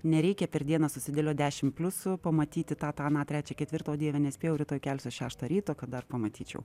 nereikia per dieną susideliot dešim pliusų pamatyti tą tą aną trečią ketvirtą o dieve nespėjau rytoj kelsiuos šeštą ryto kad dar pamatyčiau